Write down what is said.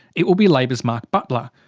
it will be labor's mark butler,